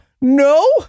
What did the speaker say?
No